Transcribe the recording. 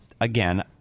again